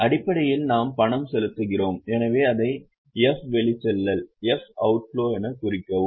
அடிப்படையில் நாம் பணம் செலுத்துகிறோம் எனவே அதை 'f' வெளிச்செல்லல் எனக் குறிக்கவும்